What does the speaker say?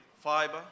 fiber